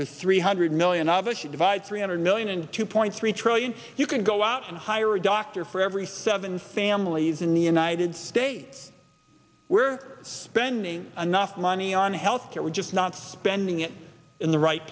or three hundred million of it you divide three hundred million and two point three trillion you can go out and hire a doctor for every seven families in the united states we're spending enough money on health care we're just not spending it in the right